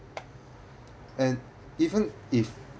and even if